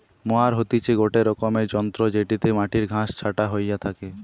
mower হতিছে গটে রকমের যন্ত্র জেটিতে মাটির ঘাস ছাটা হইয়া থাকে